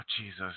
Jesus